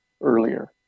earlier